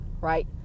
Right